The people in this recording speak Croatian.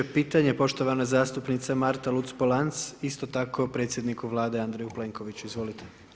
23. pitanje poštovana zastupnica Marta Luc-Polanc, isto tako predsjedniku Vlade Andreju Plenkoviću, izvolite.